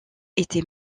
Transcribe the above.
était